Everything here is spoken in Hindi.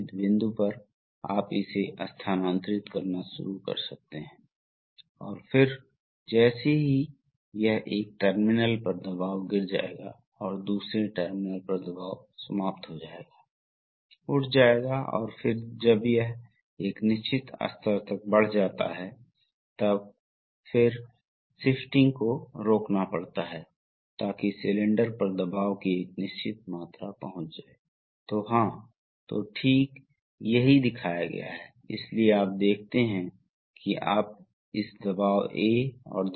ठीक है इसलिए अगला मामला अगले मामले में एक बहुत ही दिलचस्प बात यह है कि रिट्रेक्शन स्ट्रोक के अंत में यह इस सर्किट के बारे में कुछ खास है इसलिए रिट्रेक्शन स्ट्रोक के अंत में जब यह पूरी तरह से सही हो जाता है तो यह रॉड इस तरह से डिज़ाइन किया गया है कि यह कैम को धकेलता है इसलिए जब यह कैम को धकेलता है तो यह वाल्व अब शीर्ष स्थिति में जुड़ जाता है जैसा कि हमने कहा इसलिए शीर्ष स्थिति में क्या हो रहा है शीर्ष स्थिति में यह पंप है और यह टैंक है इसलिए आप देखते हैं कि यह बिंदु टैंक के दबाव के बहुत करीब है